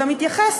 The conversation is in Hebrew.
גם התייחס,